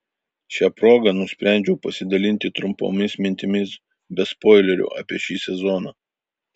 šia proga nusprendžiau pasidalinti trumpomis mintimis be spoilerių apie šį sezoną